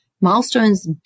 milestones